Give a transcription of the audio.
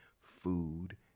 food